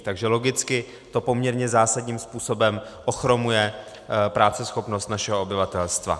Takže logicky to poměrně zásadním způsobem ochromuje práceschopnost našeho obyvatelstva.